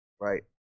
Right